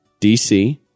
DC